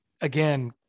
again